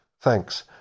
thanks